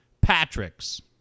Patrick's